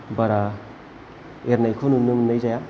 बारा एरनायखौ नुनो मोन्नाय जाया